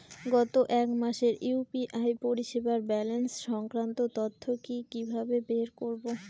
গত এক মাসের ইউ.পি.আই পরিষেবার ব্যালান্স সংক্রান্ত তথ্য কি কিভাবে বের করব?